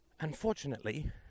Unfortunately